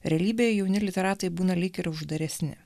realybėje jauni literatai būna lyg ir uždaresni